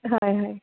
হয় হয়